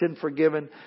forgiven